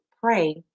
pray